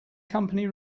company